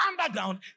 underground